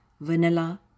Vanilla